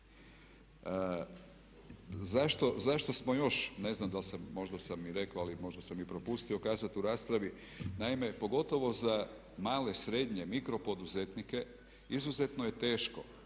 Zašto smo još ne znam da li sam, možda sam i rekao, ali možda sam i propustio kazati u raspravi. Naime, pogotovo za male, srednje, mikro poduzetnike izuzetno je teško